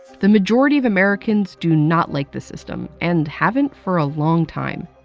the majority of americans do not like this system, and haven't for a long time.